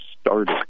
started